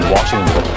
Washington